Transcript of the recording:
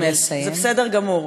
זה בסדר גמור.